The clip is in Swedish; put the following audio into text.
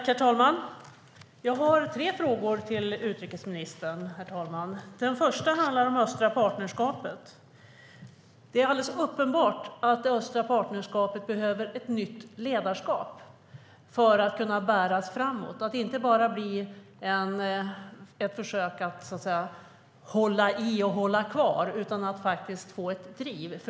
Herr talman! Jag har tre frågor till utrikesministern. Den första handlar om östliga partnerskapet. Det är alldeles uppenbart att det östliga partnerskapet behöver ett nytt ledarskap för att kunna bäras framåt och inte bara bli ett försök att så att säga hålla i och hålla kvar utan faktiskt få ett driv.